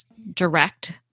direct